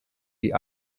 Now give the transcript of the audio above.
die